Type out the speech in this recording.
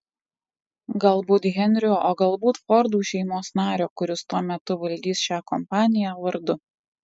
galbūt henriu o galbūt fordų šeimos nario kuris tuo metu valdys šią kompaniją vardu